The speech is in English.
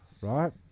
right